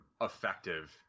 effective